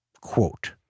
quote